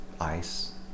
ice